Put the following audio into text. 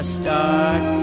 start